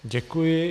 Děkuji.